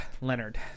Leonard